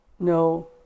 No